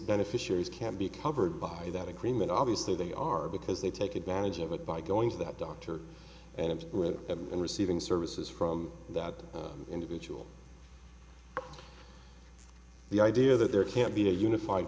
beneficiaries can't be covered by that agreement obviously they are because they take advantage of it by going to that doctor and it will and receiving services from that individual the idea that there can't be a unified